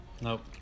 Nope